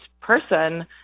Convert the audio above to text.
person